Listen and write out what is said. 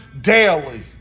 daily